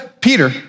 Peter